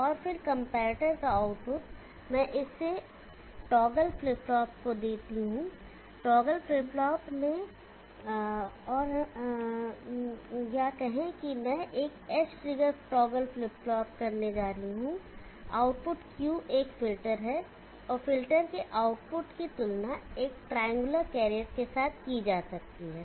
और फिर कंपैरेटर का आउटपुट मैं इसे टॉगल फ्लिप फ्लॉप को दे देता हूं टॉगल फ्लिप फ्लॉप में और हमें कहने दें कि मैं edge trigger toggle flip flop करने जा रहा हूं आउटपुट Q एक फिल्टर है और फ़िल्टर के आउटपुट की तुलना एक ट्रायंगल कैरियर के साथ की जाती है